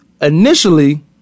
initially